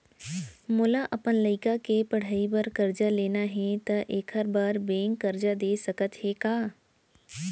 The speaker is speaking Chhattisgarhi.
मोला अपन लइका के पढ़ई बर करजा लेना हे, त एखर बार बैंक करजा दे सकत हे का?